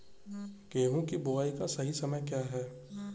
गेहूँ की बुआई का सही समय क्या है?